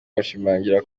bashimangira